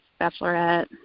bachelorette